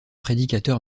prédicateur